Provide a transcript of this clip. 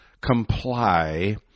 comply